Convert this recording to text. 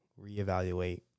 reevaluate